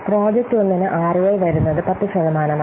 project 1 നു ROI വരുന്നത് 10 ശതമാനമാണ്